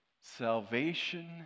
Salvation